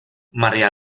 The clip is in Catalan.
maria